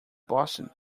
boston